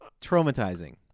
traumatizing